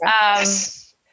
yes